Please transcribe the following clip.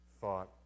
thought